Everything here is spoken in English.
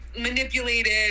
manipulated